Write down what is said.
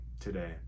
today